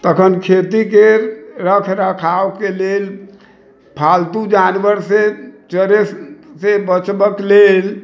तखन खेती के रखरखाव के लेल फालतू जानवर से चरय से बचबे के लेल